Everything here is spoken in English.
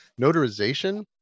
notarization